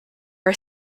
are